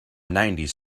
nineties